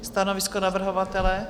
Stanovisko navrhovatele?